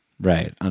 right